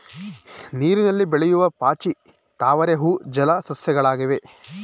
ನೀರಿನಲ್ಲಿ ಬೆಳೆಯೂ ಪಾಚಿ, ತಾವರೆ ಹೂವು ಜಲ ಸಸ್ಯಗಳಾಗಿವೆ